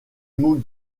mot